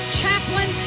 chaplain